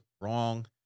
wrong